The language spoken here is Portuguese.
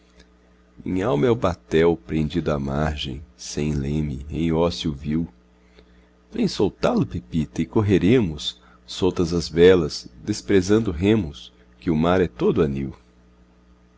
minhalma é o batel prendido à margem sem leme em ócio vil será saara vem soltá lo pepita e correremos soltas as velas desprezando remos que o mar é todo anil